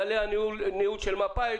כללי הניהול של מפא"י,